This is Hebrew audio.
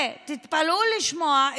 ותתפלאו לשמוע,